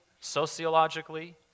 sociologically